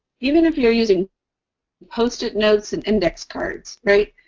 even if you're using post-it notes and index cards, right?